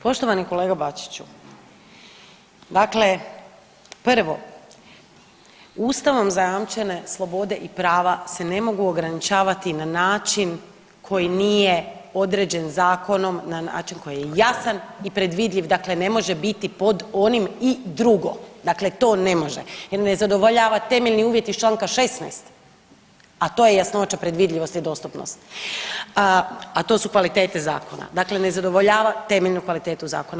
Poštovani kolega Bačiću, dakle prvo ustavom zajamčene slobode i prava se ne mogu ograničavati na način koji nije određen zakonom, na način koji je jasan i predvidljiv, dakle ne može biti pod onim i drugo, dakle to ne može jer ne zadovoljava temeljne uvjete iz čl. 16., a to je jasnoća predvidljivosti i dostupnosti, a to su kvalitete zakona, dakle ne zadovoljava temeljnu kvalitetu zakona.